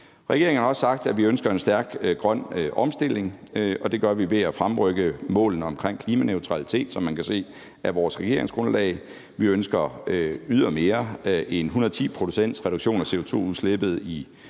Regeringen har også sagt, at vi ønsker en stærk grøn omstilling, og det gør vi ved at fremrykke målene for klimaneutralitet, som man kan se af vores regeringsgrundlag. Vi ønsker ydermere en 110-procentsreduktion af CO2-udslippet i 2050 i